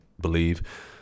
believe